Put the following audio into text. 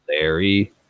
Larry